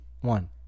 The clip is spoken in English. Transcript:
one